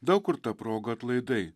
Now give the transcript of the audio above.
daug kur ta proga atlaidai